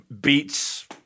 beats